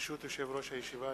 ברשות יושב-ראש הישיבה,